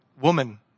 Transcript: woman